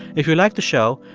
if you liked the show,